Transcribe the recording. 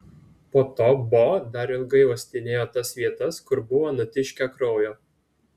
po to bo dar ilgai uostinėjo tas vietas kur buvo nutiškę kraujo